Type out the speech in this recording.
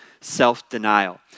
self-denial